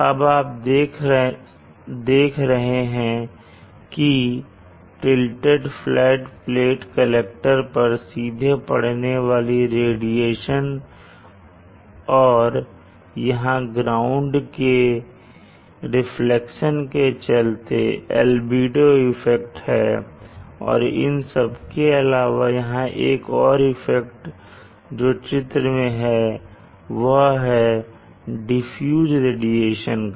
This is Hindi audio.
अब आप देख रहे हैं कि टिलडेट फ्लैट प्लेट कलेक्टर पर सीधे पढ़ने वाली रेडिएशन और यहां ग्राउंड की रिफ्लेक्शन के चलते एल्बिडो इफेक्ट है और इन सबके अलावा यहां एक और इफेक्ट जो चित्र में है वह है डिफ्यूज्ड रेडिएशन का